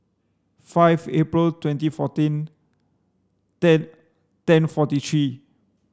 five April twenty fourteen ten ten forty three